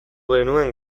genuen